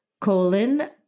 colon